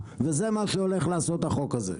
חקלאים חרדים.